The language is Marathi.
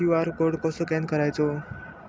क्यू.आर कोड कसो स्कॅन करायचो?